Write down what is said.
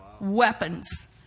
weapons